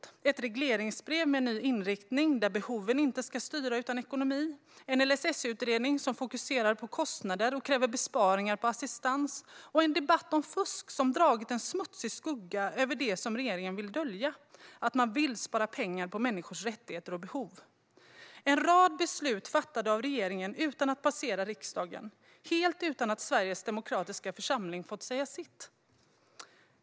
Vi har sett ett regleringsbrev med ny inriktning, där inte behoven utan ekonomin ska styra, en LSS-utredning som fokuserar på kostnader och kräver besparingar på assistans och en debatt om fusk som har dragit en smutsig skugga över det som regeringen vill dölja: att man vill spara pengar på människors rättigheter och behov. Det är en rad beslut som är fattade av regeringen utan att passera riksdagen - helt utan att Sveriges demokratiska församling har fått säga sitt.